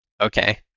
Okay